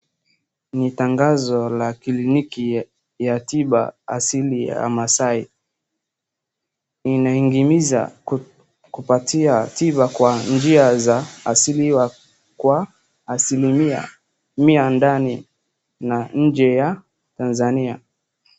Ni tangazo la kliniki ya tiba asili ya Masai. Inahimiza kupatia tiba kwa njia za asili kwa asilimia mia ndani na nje ya Tanzania.